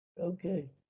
okay